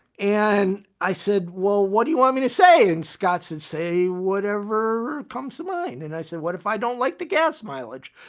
and i said, well, what do you want me to say? and scottson say, whatever comes to mind, and i said, what if i don't like the gas mileage?